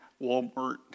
Walmart